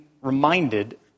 reminded